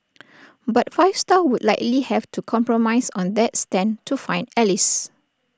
but five star would likely have to compromise on that stand to find allies